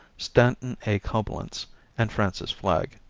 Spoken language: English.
stanton a. coblentz and francis flagg.